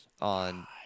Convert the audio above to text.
on